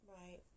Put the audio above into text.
Right